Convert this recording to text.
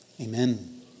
Amen